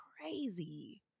crazy